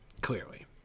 clearly